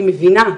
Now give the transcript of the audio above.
אני מבינה,